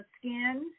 skin